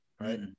Right